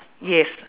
yes